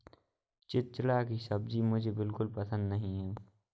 चिचिण्डा की सब्जी मुझे बिल्कुल पसंद नहीं है